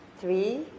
three